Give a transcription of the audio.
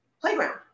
playground